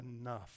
enough